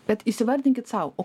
bet įvardinkit sau o